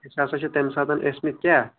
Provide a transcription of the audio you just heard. سُہ ہسا چھِ تَمِہ ساتن ٲسۍ مٕتۍ کیاہ